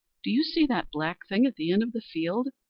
do you see that black thing at the end of the field?